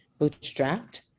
bootstrapped